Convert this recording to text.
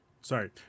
sorry